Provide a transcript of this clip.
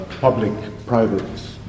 public-private